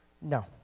No